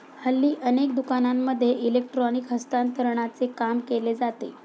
हल्ली अनेक दुकानांमध्ये इलेक्ट्रॉनिक हस्तांतरणाचे काम केले जाते